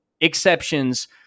exceptions